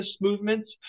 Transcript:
movements